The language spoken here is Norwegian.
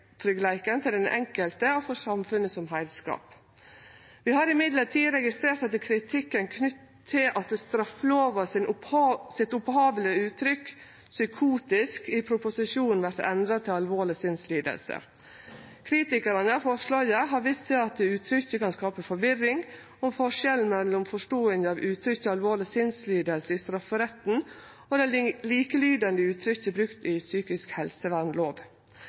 rettstryggleiken til den enkelte og for samfunnet som heilskap. Vi har likevel registrert kritikken knytt til at straffelova sitt opphavlege uttrykk «psykotisk» i proposisjonen vert foreslått endra til «alvorleg sinnslidelse». Kritikarane av forslaget har vist til at uttrykket kan skape forvirring om forskjellen mellom forståinga av uttrykket «alvorlig sinnslidelse» i strafferetten og det likelydande uttrykket brukt i psykisk